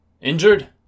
Injured